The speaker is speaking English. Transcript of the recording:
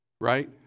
Right